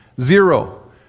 Zero